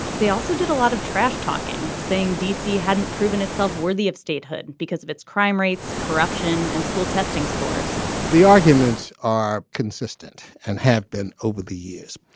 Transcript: they also did a lot of trash talking saying d c. hadn't proven itself worthy of statehood because of its crime rates corruption and school testing scores the arguments are consistent and have been over the years.